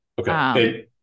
Okay